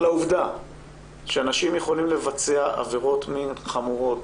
אבל העובדה שאנשים יכולים לבצע עבירות מין חמורות,